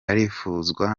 arifuzwa